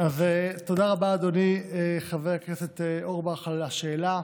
אז תודה רבה, אדוני חבר הכנסת אורבך, על השאלה.